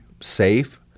safe